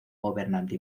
gobernante